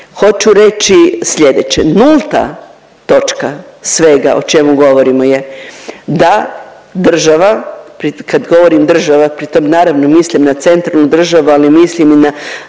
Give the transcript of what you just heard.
hoću reći sljedeće, nulta točka svega o čemu govorimo je da država, kad govorim država pri tom naravno mislim na centralnu državu, ali mislim i na